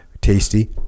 Tasty